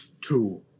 two